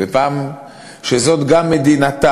ועל כך שזו גם מדינתם,